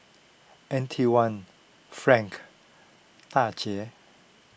Antione Frank Daija